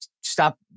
Stop